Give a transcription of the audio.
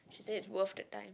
she say it's worth the time